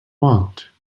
want